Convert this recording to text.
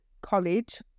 college